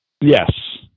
Yes